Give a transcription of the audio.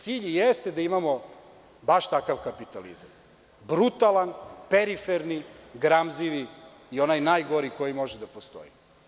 Cilj jeste da imamo baš takav kapitalizam, brutalan, periferni, gramzivi i onaj najgori koji može da postoji.